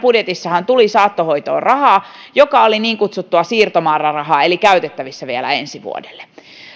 budjetissa tuli saattohoitoon rahaa joka oli niin kutsuttua siirtomäärärahaa eli käytettävissä vielä ensi vuodelle